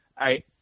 I-